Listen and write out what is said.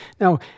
Now